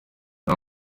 nta